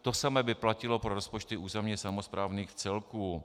To samé by platilo pro rozpočty územně samosprávných celků.